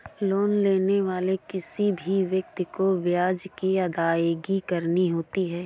loan लेने वाले किसी भी व्यक्ति को ब्याज की अदायगी करनी होती है